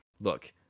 look